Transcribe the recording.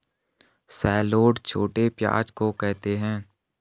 shallot छोटे प्याज़ को कहते है